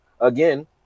again